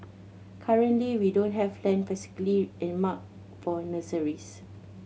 currently we don't have land specifically earmarked for nurseries